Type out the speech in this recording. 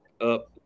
up